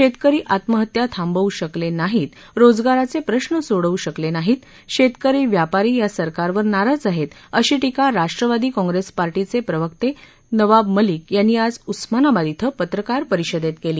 शेतकरी आत्महत्या थांबवू शकले नाहीत रोजगाराचे प्रश्न सोडवू शकले नाहीत तरून शेतकरी व्यापारी या सरकारवर नाराज आहेत अशी टीका राष्ट्रवादी काँग्रेस पार्टीचे प्रदेश प्रवक्ते नवाब मलिक यांनी आज उस्मानाबाद इथं पत्रकार परिषदेत केली